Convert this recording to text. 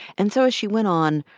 and so as she went on,